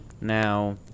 Now